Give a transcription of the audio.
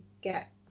get